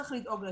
צריך לדאוג לזה.